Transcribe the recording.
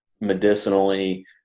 medicinally